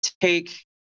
take